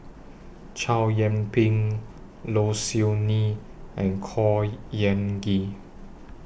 Chow Yian Ping Low Siew Nghee and Khor Ean Ghee